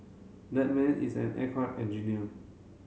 that man is an aircraft engineer